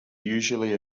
usually